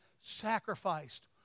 sacrificed